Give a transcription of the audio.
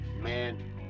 man